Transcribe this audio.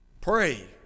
pray